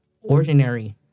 ordinary